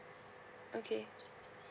okay